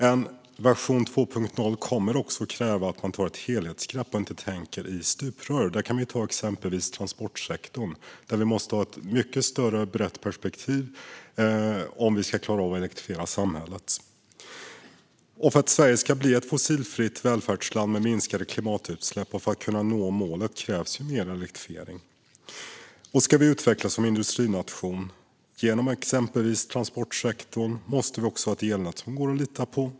En version 2.0 kommer att kräva att man tar ett helhetsgrepp och inte tänker i stuprör. När det exempelvis gäller transportsektorn måste vi ha ett mycket bredare perspektiv om vi ska klara av att elektrifiera samhället. För att Sverige ska bli ett fossilfritt välfärdsland med minskade klimatutsläpp och för att vi ska kunna nå målet krävs det mer elektrifiering. Och ska vi utvecklas som industrination genom exempelvis transportsektorn måste vi också ha ett elnät som det går att lita på.